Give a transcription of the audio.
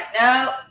no